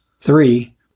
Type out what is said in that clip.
Three